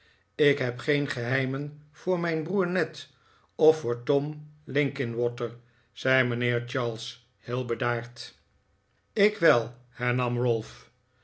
ik neb geen geheimen voor mijn broer ned of voor tim linkinwater zei mijnheer charles heel bedaard ik wel hernam ralph